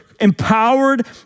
empowered